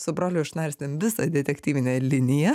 su broliu išnarstėm visą detektyvinę liniją